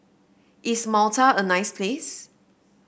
is Malta a nice place